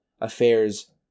affairs